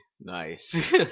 Nice